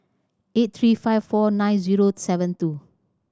eight three five four nine zero seven two